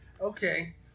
Okay